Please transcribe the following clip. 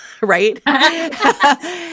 right